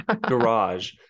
garage